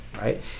right